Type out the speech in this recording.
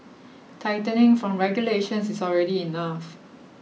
tightening from regulations is already enough